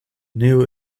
new